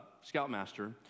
Scoutmaster